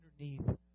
underneath